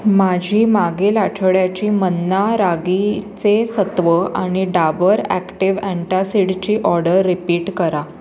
माझी मागील आठवड्याची मन्ना रागीचे सत्व आणि डाबर ॲक्टिव्ह अँटासिडची ऑर्डर रिपीट करा